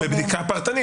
בבדיקה פרטנית.